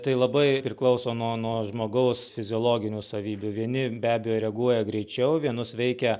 tai labai priklauso nuo nuo žmogaus fiziologinių savybių vieni be abejo reaguoja greičiau vienus veikia